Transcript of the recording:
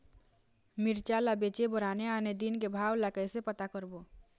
मिरचा ला बेचे बर आने आने दिन के भाव ला कइसे पता करबो?